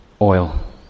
oil